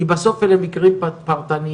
כי בסוף אלה מקרים פרטניים,